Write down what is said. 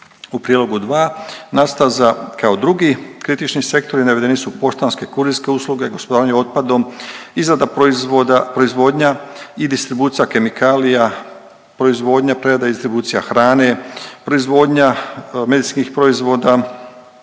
U prijedlogu 2. kao drugi kritični sektori navedeni su poštanske, kurirske usluge, gospodarenje otpadom, izrada proizvoda, proizvodnja i distribucija kemikalija, proizvodnja, prerada i distribucija hrane, proizvodnja medicinskih proizvoda